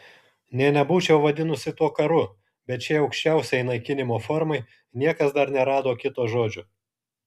nė nebūčiau vadinusi to karu bet šiai aukščiausiai naikinimo formai niekas dar nerado kito žodžio